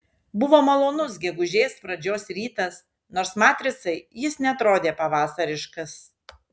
buvo malonus gegužės pradžios rytas nors matricai jis neatrodė pavasariškas